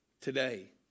Today